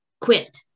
Quit